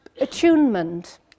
attunement